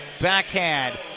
backhand